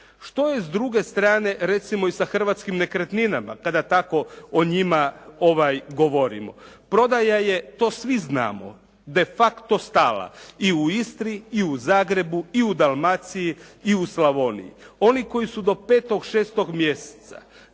Što je s druge strane recimo i sa hrvatskim nekretninama kada tako o njima govorimo. Prodaja je to svi znamo de facto stala i u Istri, i u Zagrebu, i u Dalmaciji, i u Slavoniji. Oni koji su do 5., 6. mjeseca